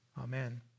Amen